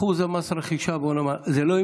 אחוז מס הרכישה לא ימנע.